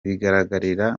bigaragarira